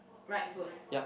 right foot